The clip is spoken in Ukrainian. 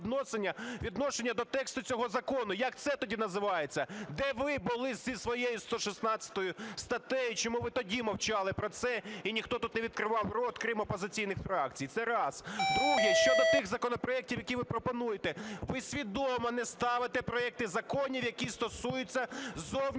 відношення до тексту цього закону, як це тоді називається? Де ви були зі своєю 116 статтею, чому ви тоді мовчали про це, і ніхто тут не відкривав рот, крім опозиційних фракцій? Це раз. Друге. Щодо тих законопроектів, які ви пропонуєте. Ви свідомо не ставите проекти законів, які стосуються зовнішнього